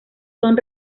son